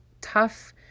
tough